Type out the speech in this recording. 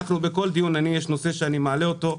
בכל דיון יש נושא שאני מעלה אותו,